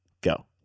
Go